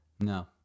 No